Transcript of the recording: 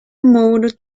moved